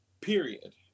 period